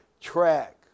track